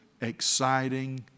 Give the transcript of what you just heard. exciting